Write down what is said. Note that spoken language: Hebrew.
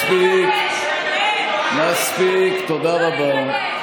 מספיק, מספיק, תודה רבה.